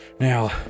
Now